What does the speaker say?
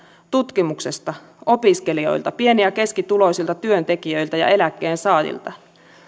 tutkimuksesta opiskelijoilta pieni ja keskituloisilta työntekijöiltä ja eläkkeensaajilta